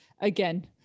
again